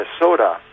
Minnesota